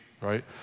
right